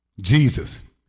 Jesus